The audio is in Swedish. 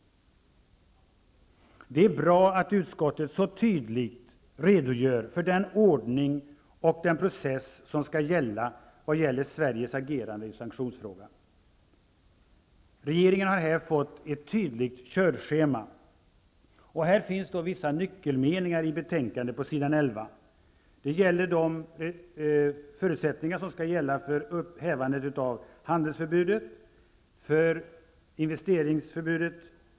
Det är bra att utskottet så tydligt redogör för den ordning och den process som skall gälla för Sveriges agerande i sanktionsfrågan. Regeringen har här fått ett tydligt körschema. På s. 11 i betänkandet finns vissa nyckelmeningar. Det gäller de förutsättningar som skall gälla för hävandet av handelsförbudet och av investeringsförbudet.